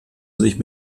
sich